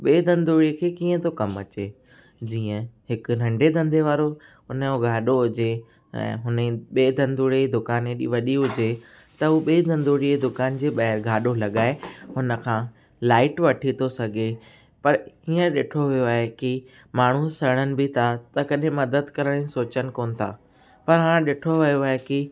ॿिए धंधोड़ी खे कीअं थो कमु अचे जीअं हिकु नंढे धंधे वारो उन जो गाॾो हुजे ऐं हुन ॿिए धंधोड़े जी दुकानु हेॾी वॾी हुजे त हू ॿिए धंधोड़िए दुकान जे ॿाहिरि गाॾो लॻाए हुन खां लाइट वठी थो सघे पर ईअं ॾिठो वियो आहे की माण्हू सड़नि बि था त कॾहिं मदद करण जी सोचनि कोन था पर हाणे ॾिठो वियो आहे की